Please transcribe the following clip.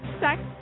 sex